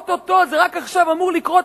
או-טו-טו, זה רק עכשיו אמור לקרות.